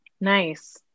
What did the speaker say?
Nice